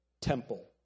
temple